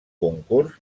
concurs